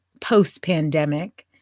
post-pandemic